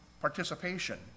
participation